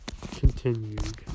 continued